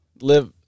live